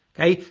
okay.